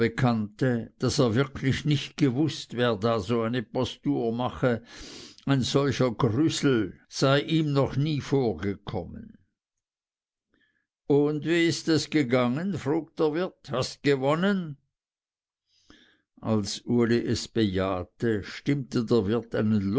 bekannte daß er wirklich nicht gewußt wer da so eine postur mache ein solcher grüsel sei ihm noch nie vor gekommen und wie ist es gegangen frug der wirt hast gewonnen als uli es bejahte stimmte der wirt